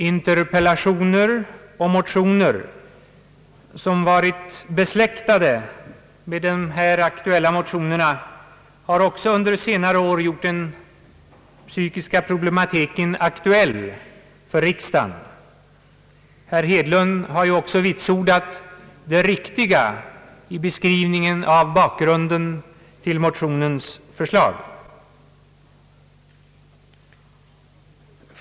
Interpellationer och motioner, som varit besläktade med de här aktuella motionerna, har också under senare år gjort den psykiska problematiken aktuell för riksdagen. Herr Hedlund har ju också vitsordat det riktiga i beskrivningen av bakgrunden till motionernas förslag.